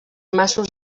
masos